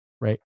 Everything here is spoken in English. right